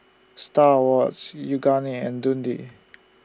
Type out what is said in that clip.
STAR Awards Yoogane and Dundee